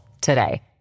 today